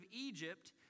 Egypt